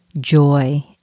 joy